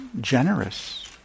generous